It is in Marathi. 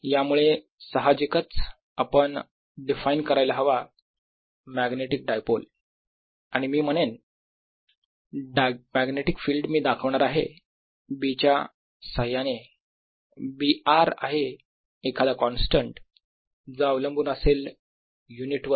यामुळे सहाजिकच आपण डिफाइन करायला हवा मॅग्नेटिक डायपोल आणि मी म्हणेन मॅग्नेटिक फिल्ड मी दाखवणार आहे B च्या साह्याने B r आहे एखादा कॉन्स्टंट जो अवलंबून असेल युनिटवर